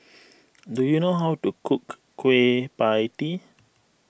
do you know how to cook Kueh Pie Tee